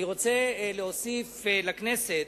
אני רוצה להוסיף לכנסת,